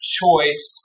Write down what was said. choice